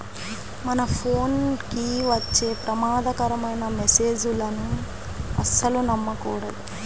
మన ఫోన్ కి వచ్చే ప్రమాదకరమైన మెస్సేజులను అస్సలు నమ్మకూడదు